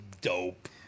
dope